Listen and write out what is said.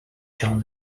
john